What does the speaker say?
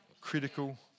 critical